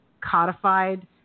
codified